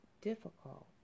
difficult